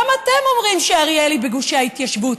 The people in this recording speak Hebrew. גם אתם אומרים שאריאל היא בגושי ההתיישבות.